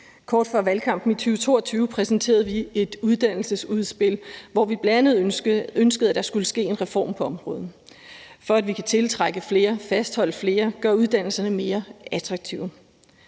Kort før valgkampen i 2022 præsenterede vi et uddannelsesudspil, hvor vi bl.a. ønskede, at der skulle ske en reform på området, for at vi kan tiltrække flere, fastholde flere og gøre uddannelserne mere attraktive.